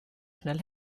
schnell